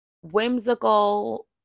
whimsical